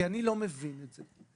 כי אני לא מבין את זה,